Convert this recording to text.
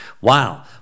Wow